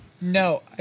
no